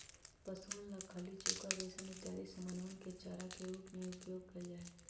पशुअन ला खली, चोकर, बेसन इत्यादि समनवन के चारा के रूप में उपयोग कइल जाहई